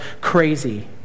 crazy